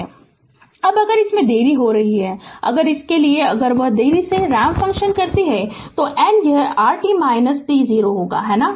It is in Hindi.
Refer Slide Time 1514 अब अगर इसमें देरी हो रही है अगर उसके लिए अगर वह देरी से रैंप फंक्शन करती है तो n यह rt t0 होगा है ना